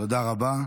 תודה רבה.